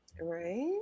Right